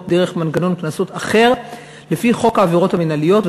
דרך מנגנון קנסות אחר לפי חוק העבירות המינהליות,